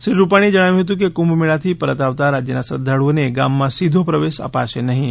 શ્રી રૂપાણીએ જણાવ્યું હતું કે કુંભ મેળાથી પરત આવતા રાજ્યના શ્રદ્ધાળ્ઓને ગામમાં સીધો પ્રવેશ અપાશે નહીં